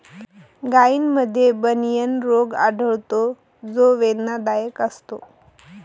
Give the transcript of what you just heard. गायींमध्ये बनियन रोग आढळतो जो वेदनादायक असतो